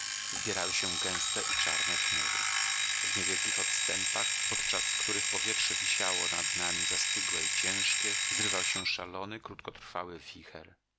zbierały się gęste i czarne chmury w niewielkich odstępach podczas których powietrze wisiało nad nami zastygłe i ciężkie zrywał się szalony krótkotrwały